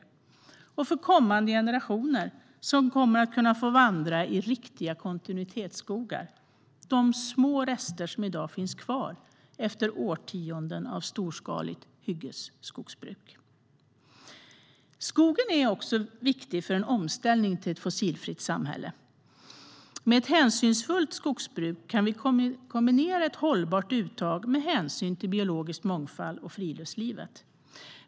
Det är också till glädje för kommande generationer, som kommer att kunna vandra i riktiga kontinuitetsskogar, i de små rester som i dag finns kvar efter årtionden av storskaligt hyggesskogsbruk. Skogen är viktig för en omställning till ett fossilfritt samhälle. Med ett hänsynsfullt skogsbruk kan vi kombinera ett hållbart uttag med hänsyn till biologisk mångfald och friluftslivet.